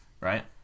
right